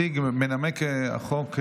מנמק החוק,